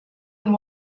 and